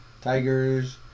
Tigers